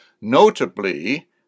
notably